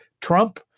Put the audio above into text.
Trump